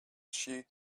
she